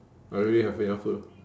I really have enough food